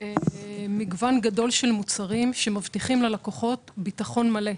מגוון גדול של מוצרים שמבטיחים ללקוחות ביטחון מלא.